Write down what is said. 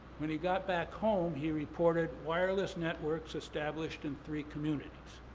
when he got back home, he reported wireless networks established in three communities.